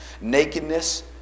nakedness